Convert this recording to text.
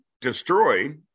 destroy